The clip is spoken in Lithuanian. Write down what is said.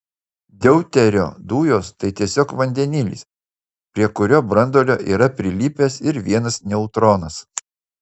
deuterio dujos tai tiesiog vandenilis prie kurio branduolio yra prilipęs ir vienas neutronas